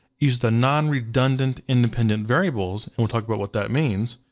use the non-redundant independent variables, and we'll talk about what that means,